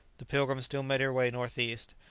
the pilgrim still made her way northeast.